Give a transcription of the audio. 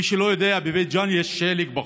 למי שלא יודע, בבית ג'ן יש שלג בחורף.